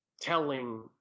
telling